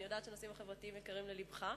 ואני יודעת שהנושאים החברתיים יקרים ללבך.